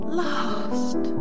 lost